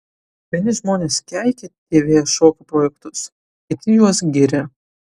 vieni žmonės keikia tv šokių projektus kiti juos giria